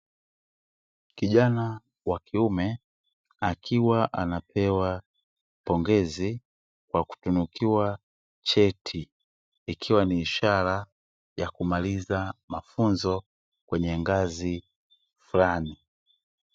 Kijana wa kiume akiwa anapewa pongezi kwa kutunikiwa cheti, ikiwa ni ishara ya kumaliza mafunzo kwenye ngazi fulani.